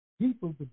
people